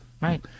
Right